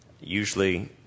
Usually